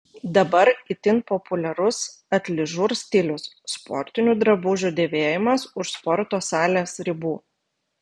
dabar itin populiarus atližur stilius sportinių drabužių dėvėjimas už sporto salės ribų